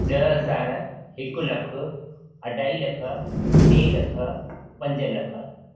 ॾह हज़ार हिकु लखु अढाई लख टे लख पंज लख